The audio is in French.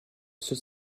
seul